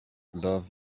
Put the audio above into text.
love